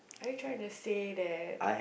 are you trying to say that